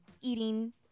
eating